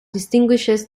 distinguishes